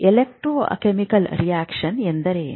electrochemical reaction ಎಂದರೇನು